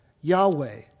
Yahweh